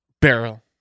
barrel